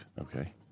okay